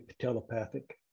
telepathic